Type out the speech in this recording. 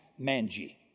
Manji